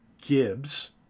Gibbs